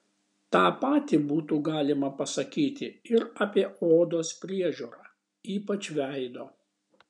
tą patį būtų galima pasakyti ir apie odos priežiūrą ypač veido